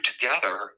together